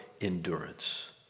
endurance